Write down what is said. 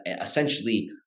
essentially